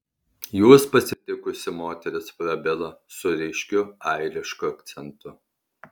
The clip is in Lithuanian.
juos pasitikusi moteris prabilo su ryškiu airišku akcentu